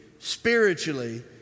spiritually